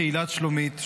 קהילת שלומית,